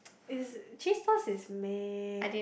it's cheese sauce is may